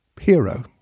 hero